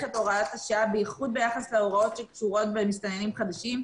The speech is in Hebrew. את הוראת השעה במיוחד ביחס להוראות שקשורות במסתננים חדשים,